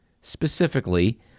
specifically